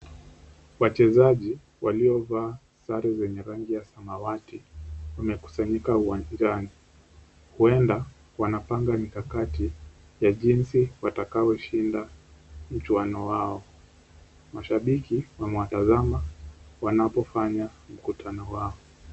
Wachezaji waliovaa sare zenye rangi ya samawati wamekusanyika uwanjani huenda wanapanga mikakati ya jinsi watakavyoshinda mchwano wao. Mashabiki wanawatazama jiñsi wanapofanya mkutano wao.